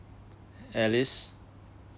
alice